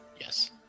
Yes